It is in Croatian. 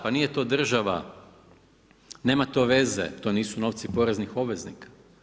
Pa nije to država, nema to veze, to nisu novci poreznih obveznika.